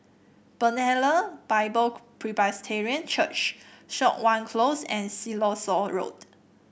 Bethlehem Bible Presbyterian Church Siok Wan Close and Siloso Road